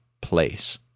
place